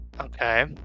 Okay